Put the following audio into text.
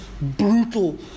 brutal